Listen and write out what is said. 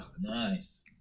Nice